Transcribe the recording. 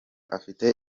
afite